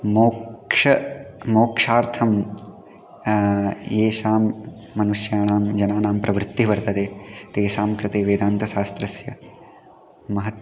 मोक्षः मोक्षार्थम् एषां मनुष्याणां जनानां प्रवृत्तिः वर्तते तेषां कृते वेदान्तशास्त्रस्य महत्